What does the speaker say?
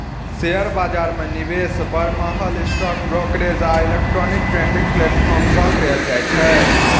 share बाजार मे निवेश बरमहल स्टॉक ब्रोकरेज आ इलेक्ट्रॉनिक ट्रेडिंग प्लेटफॉर्म सं कैल जाइ छै